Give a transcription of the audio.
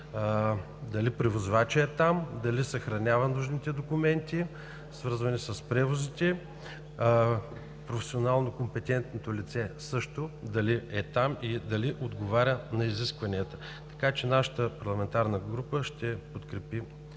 дали превозвачът е там, дали съхранява нужните документи, свързани с превозите, професионално компетентното лице също дали е там и дали отговаря на изискванията. Така че нашата парламентарна група ще подкрепи